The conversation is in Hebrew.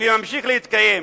וממשיך להתקיים.